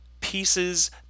pieces